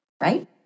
right